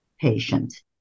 patient